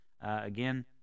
Again